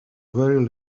very